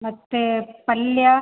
ಮತ್ತೆ ಪಲ್ಯ